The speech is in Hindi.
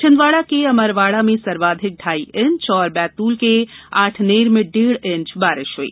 छिंदवाड़ा के अमरवाड़ा में सर्वाधिक ढ़ाई इंच और बैतूल के आठनेर में डेढ़ इंच बारिश हुई